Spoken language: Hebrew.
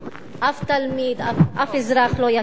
אף תלמיד, אף אזרח לא יכיר.